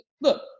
Look